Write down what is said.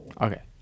Okay